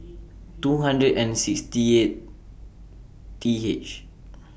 two hundred and sixty eight T H